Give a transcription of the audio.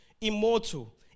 immortal